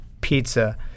pizza